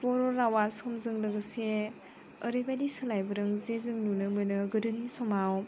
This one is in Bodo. बर' रावआ समजों लोगोसे ओरैबायदि सोलायबोदों जे जों नुनो मोनो गोदोनि समाव